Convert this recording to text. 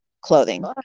clothing